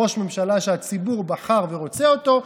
ראש ממשלה שהציבור בחר ורוצה אותו,